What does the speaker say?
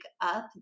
up